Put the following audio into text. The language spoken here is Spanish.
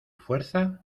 fuerza